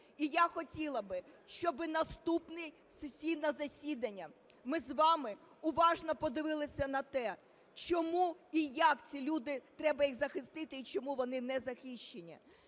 І я хотіла б, щоб наступне сесійне засідання ми з вами уважно подивилися на те, чому і як ці люди, треба їх захистити, і чому вони не захищені.